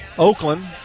Oakland